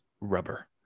rubber